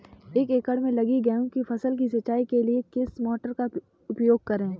एक एकड़ में लगी गेहूँ की फसल की सिंचाई के लिए किस मोटर का उपयोग करें?